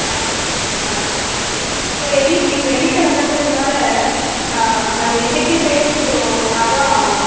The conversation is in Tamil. ஆ அதுதான் இப்போ வெள்ளி இன்றைக்கு வெள்ளிக் கெழமன்றதுனால நம்ம இன்றைக்கே பேசிவிட்டோம் அதுதான்